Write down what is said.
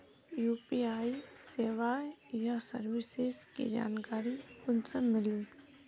UPI सेवाएँ या services की जानकारी कुंसम मिलबे?